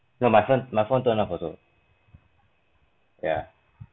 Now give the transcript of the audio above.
no my phone my phone turned off also ya